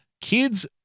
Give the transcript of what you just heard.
kids